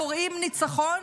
קוראים ניצחון?